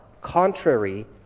contrary